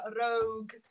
Rogue